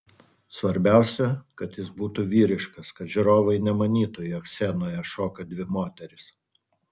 svarbiausia kad jis būtų vyriškas kad žiūrovai nemanytų jog scenoje šoka dvi moterys